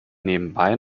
nebenbei